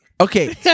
Okay